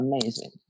amazing